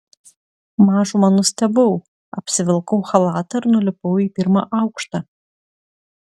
mažumą nustebau apsivilkau chalatą ir nulipau į pirmą aukštą